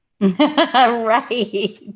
right